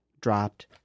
dropped